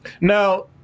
Now